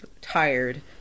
tired